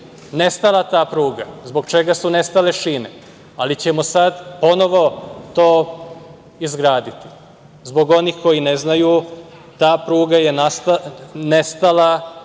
nestala ta pruga, zbog čega su nestale šine. Ali, mi ćemo sada ponovo to izgraditi. Zbog onih koji ne znaju, ta pruga je nestala zbog